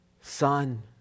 son